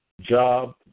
Job